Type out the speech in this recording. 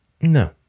No